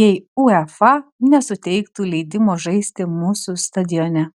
jei uefa nesuteiktų leidimo žaisti mūsų stadione